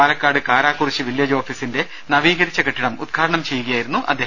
Palakkad Karakurissi village ഓഫീസിന്റെ നവീകരിച്ച കെട്ടിടം ഉദ്ഘാടനം ചെയ്യുകയായിരുന്നു മന്ത്രി